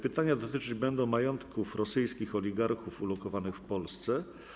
Pytanie dotyczyć będzie majątków rosyjskich oligarchów ulokowanych w Polsce.